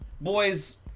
boys